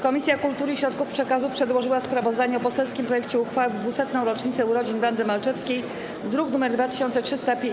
Komisja Kultury i Środków Przekazu przedłożyła sprawozdanie o poselskim projekcie uchwały w 200. rocznicę urodzin Wandy Malczewskiej, druk nr 2305.